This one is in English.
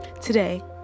today